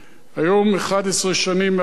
11 שנים מאז הירצחו,